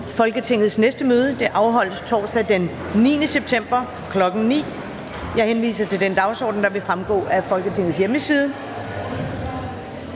Folketingets næste møde afholdes torsdag den 9. september 2021, kl. 9.00. Jeg henviser til den dagsorden, der vil fremgå af Folketingets hjemmeside.